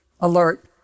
alert